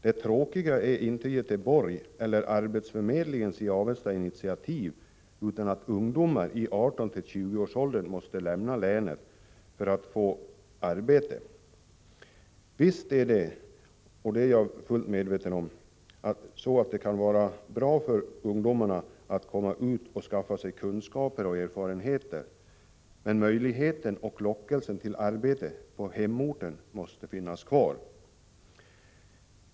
Det tråkiga är inte Göteborg eller initiativet från arbetsförmedlingen i Avesta utan att ungdomar i åldern 18-20 år måste lämna länet för att få arbete. Visst är jag medveten om att det kan vara bra för de unga att skaffa sig kunskaper och erfarenheter, men möjligheten och lockelsen till arbete på hemorten måste finnas kvar.